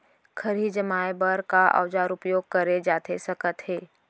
खरही जमाए बर का औजार उपयोग करे जाथे सकत हे?